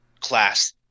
class